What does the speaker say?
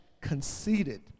conceited